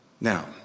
Now